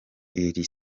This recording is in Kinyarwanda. iri